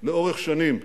הייחודיים שלנו,